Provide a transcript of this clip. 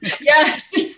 Yes